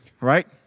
right